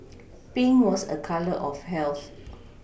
Pink was a colour of health